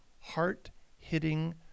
heart-hitting